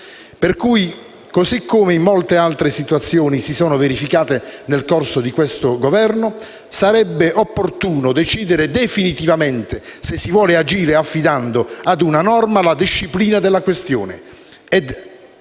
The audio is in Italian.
Pertanto, così come in molte altre situazioni che si sono verificate nel corso di questo Governo, sarebbe opportuno decidere definitivamente se si vuole agire affidando a una norma la disciplina della questione,